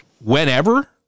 whenever